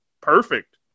perfect